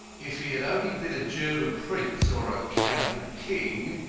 if he had only been a german prince, or a cannibal king,